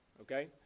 okay